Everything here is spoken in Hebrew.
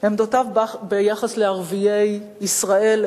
ביחס לערביי ישראל,